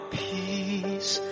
peace